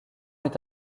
est